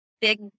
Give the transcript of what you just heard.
big